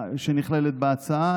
שנכללת בהצעה.